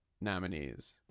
nominees